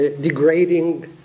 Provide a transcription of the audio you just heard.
degrading